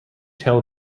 tale